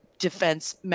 defense